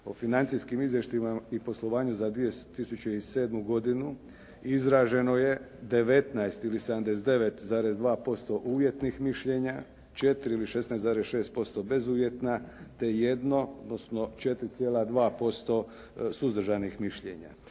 O financijskim izvještajima i poslovanju za 2007. godinu izraženo je 19 ili 79,2% uvjetnih mišljenja, 4 ili 16,6% bezuvjetna, te jedno, odnosno 4,2% suzdržanih mišljenja.